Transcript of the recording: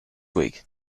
week